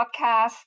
podcast